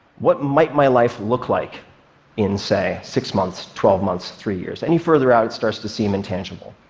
what might my life look like in, say, six months, twelve months, three years? any further out, it starts to seem intangible.